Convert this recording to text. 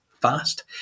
fast